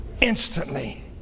instantly